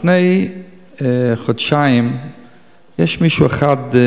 לפני חודשיים יש מישהו אחד: